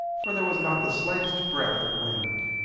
for there was not the slightest breath of wind.